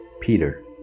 Peter